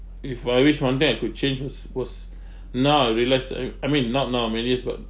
if I wish one thing I could change was was now I realise I I mean not now many years but